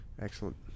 excellent